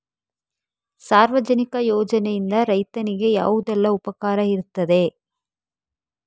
ಸಾರ್ವಜನಿಕ ಯೋಜನೆಯಿಂದ ರೈತನಿಗೆ ಯಾವುದೆಲ್ಲ ಉಪಕಾರ ಇರ್ತದೆ?